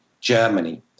Germany